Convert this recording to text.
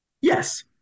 Yes